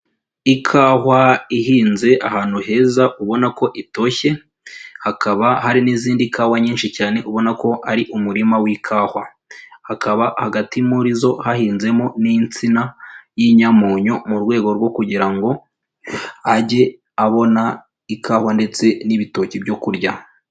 Ikawa ihinze ahantu heza ubona ko itoshye, hakaba hari n'izindi kawa nyinshi cyane ubona ko ari umurima w'ikawa. Hakaba hagati muri zo hahinzemo n'insina y'inyamunyo mu rwego rwo kugira ngo ajye abona ikawa ndetse n'ibitoki byo kurya.